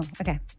okay